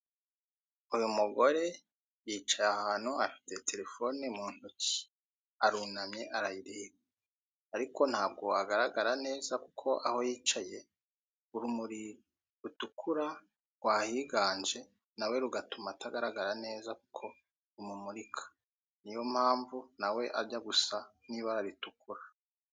Uyu mugore yicaye ahantu afite telephone mu ntoki, arunamye arayireba ariko ntabwo agaragara neza kuko aho yicaye urumuri rutukura rwahiganje nawe rugatuma atagaragara neza kuko rumumurika niyo mpamvu ajya gusa n'ibara ritukura.